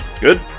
good